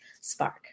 Spark